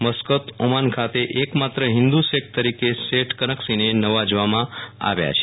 Muscat Oman ખાતે એક માત્ર હિન્દુ શેખ તરીકે શેઠ કનકશીને નવાજવામાં આવ્યા છે